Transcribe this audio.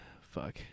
fuck